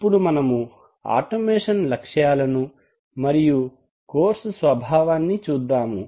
ఇప్పుడు మనము ఆటోమేషన్ లక్ష్యాలను మరియు కోర్సు స్వభావాన్ని చూద్దాము